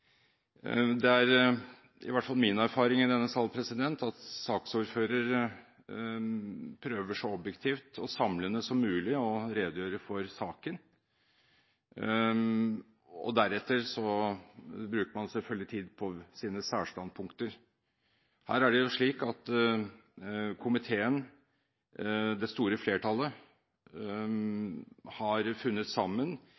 Det er i hvert fall min erfaring i denne sal at en saksordfører så objektivt og samlende som mulig prøver å redegjøre for saken, og deretter bruker man selvfølgelig tid på sine særstandpunkter. Her er det jo slik at komiteen – det store flertallet